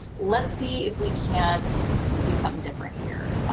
let's see if we can't do something different here.